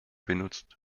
genutzt